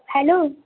hello